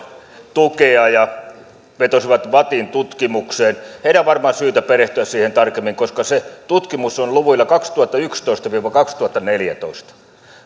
tukea ja vetosivat vattin tutkimukseen heidän on varmaan syytä perehtyä siihen tarkemmin koska se tutkimus on vuosilta kaksituhattayksitoista viiva kaksituhattaneljätoista vuonna